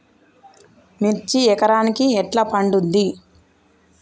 మిర్చి ఎకరానికి ఎట్లా పండుద్ధి?